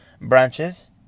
branches